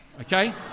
okay